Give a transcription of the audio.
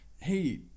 Hey